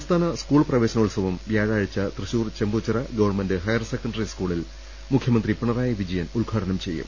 സംസ്ഥാന സ്കൂൾ പ്രവേശനോത്സവം വ്യാഴാഴ്ച Thrissur Chembuchira government higher secondary സ്കൂളിൽ മുഖ്യമന്ത്രി പിണറായി വിജയൻ ഉദ്ഘാടനം ചെയ്യും